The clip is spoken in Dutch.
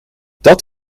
dat